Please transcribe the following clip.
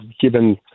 Given